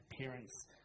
parents